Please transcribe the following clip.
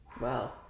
wow